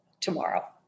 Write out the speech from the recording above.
tomorrow